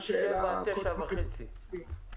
מהניסיון שלנו ברגע שיש חשש,